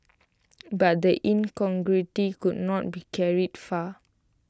but the incongruity could not be carried far